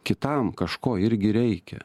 kitam kažko irgi reikia